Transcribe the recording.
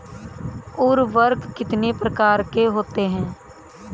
उर्वरक कितनी प्रकार के होते हैं?